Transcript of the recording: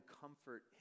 comfort